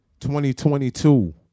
2022